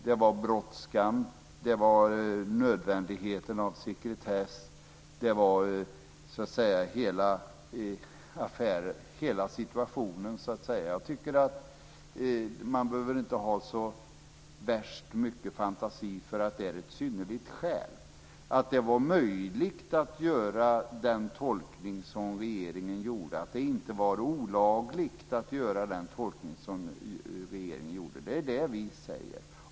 Det var brådskande, och det var nödvändigt med sekretess. Man behöver inte ha så värst mycket fantasi för att se att det är ett synnerligt skäl, dvs. att det var möjligt och inte olagligt att göra den tolkning regeringen gjorde.